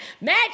Mad